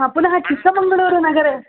पुनः चिक्कमङ्गळूरुनगरम्